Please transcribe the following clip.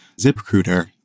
ZipRecruiter